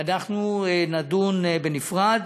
נדון בנפרד,